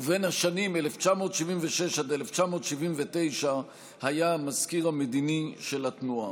ובשנים 1976 1979 היה המזכיר המדיני של התנועה.